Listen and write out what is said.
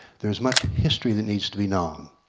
there's much history that needs to be known.